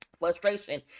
frustration